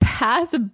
pass